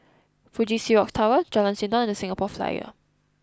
Fuji Xerox Tower Jalan Sindor and The Singapore Flyer